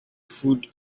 food